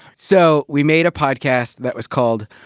so, we made a podcast that was called,